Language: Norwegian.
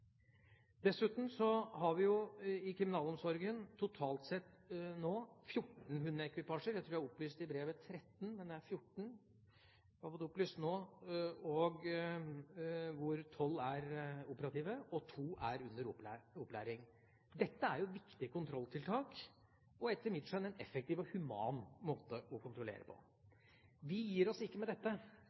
Dessuten har vi i Kriminalomsorgen totalt sett nå 14 hundeekvipasjer. Jeg tror vi har opplyst i brevet at det er 13, men det er 14. 12 er operative, og to er under opplæring. Dette er viktige kontrolltiltak, og etter mitt skjønn en effektiv og human måte å kontrollere på. Vi gir oss ikke med dette.